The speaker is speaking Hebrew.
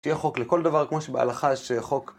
תהיה חוק לכל דבר כמו שבהלכה יש חוק.